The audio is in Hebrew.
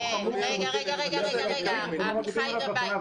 עמיחי גבאי.